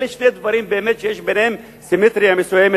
אלה שני דברים שיש ביניהם סימטריה מסוימת.